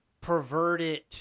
perverted